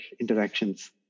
interactions